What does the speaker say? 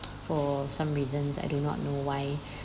for some reasons I do not know why